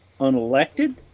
unelected